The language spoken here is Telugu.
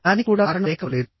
దానికి కూడా కారణం లేకపోలేదు